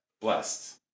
blessed